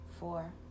Four